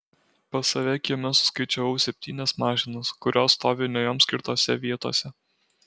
pas save kieme suskaičiavau septynias mašinas kurios stovi ne joms skirtose vietose